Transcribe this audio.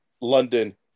london